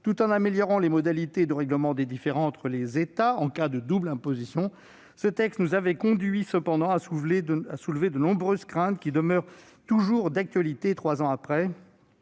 tout en améliorant les modalités de règlement des différends entre États en cas de double imposition, ce texte nous avait conduits cependant à exprimer de nombreuses craintes, qui demeurent d'actualité trois ans plus